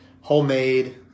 homemade